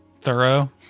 thorough